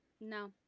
no